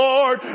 Lord